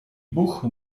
buch